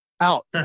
out